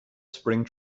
spring